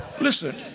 Listen